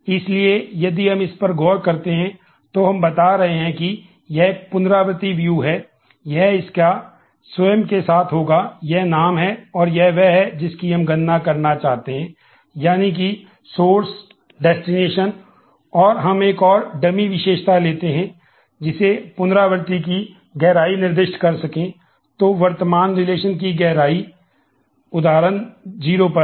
इसलिए यदि हम इस पर गौर करते हैं तो हम बता रहे हैं कि यह एक पुनरावर्ती व्यू की उदाहरण गहराई 0 पर है